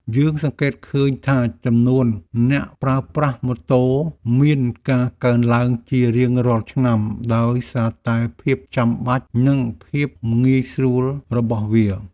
យើងសង្កេតឃើញថាចំនួនអ្នកប្រើប្រាស់ម៉ូតូមានការកើនឡើងជារៀងរាល់ឆ្នាំដោយសារតែភាពចាំបាច់និងភាពងាយស្រួលរបស់វា។